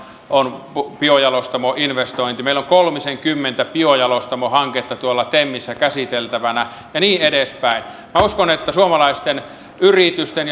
on biojalostamoinvestointi meillä on kolmisenkymmentä biojalostamohanketta tuolla temissä käsiteltävänä ja niin edespäin minä uskon että suomalaisten yritysten